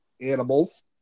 animals